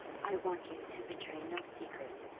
i want you to betray no secret,